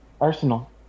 Arsenal